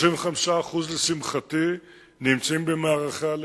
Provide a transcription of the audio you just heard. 35%, לשמחתי, נמצאים במערכי הלחימה.